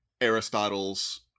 Aristotle's